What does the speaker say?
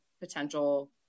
potential